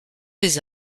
des